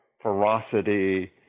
ferocity